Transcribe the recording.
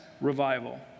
revival